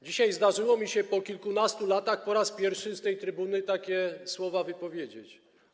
Dzisiaj zdarzyło mi się, po kilkunastu latach, po raz pierwszy z tej trybuny takie słowa wypowiedzieć.